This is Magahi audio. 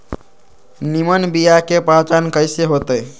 निमन बीया के पहचान कईसे होतई?